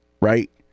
Right